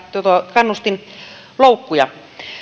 kannustinloukkuja